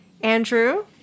Andrew